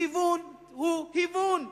היוון הוא היוון,